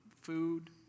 food